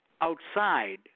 outside